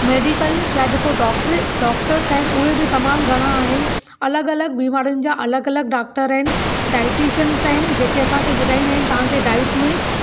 medical या जेको doctor ऐ डॉक्टरिस आहिनि उहे बि तमामु घणा आहिनि अलॻि अलॻि बीमारियूं जा अलॻि अलॻि डॉक्टर आहिनि डाइटीशियन्स आहिनि जेके असांखे ॿुधाईंदा आहिनि तव्हांखे डाइट में